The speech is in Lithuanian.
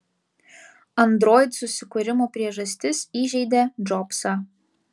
android susikūrimo priežastis įžeidė džobsą